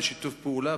בשיתוף פעולה,